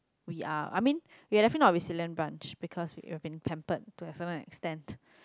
we are I mean we are definitely not a resilient bunch because we have been pampered to a certain extent